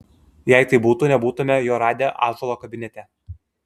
jei taip būtų nebūtumėme jo radę ąžuolo kabinete